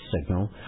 signal